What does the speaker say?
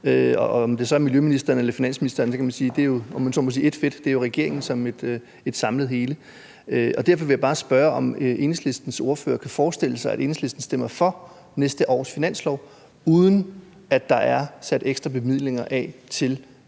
om det så er miljøministeren eller finansministeren, er, om man så må sige, ét fedt, det er jo regeringen som et samlet hele. Derfor vil jeg bare spørge, om Enhedslistens ordfører kan forestille sig, at Enhedslisten stemmer for næste års finanslov, uden at der er sat ekstra midler af til